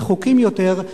רחוקים יותר,